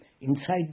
inside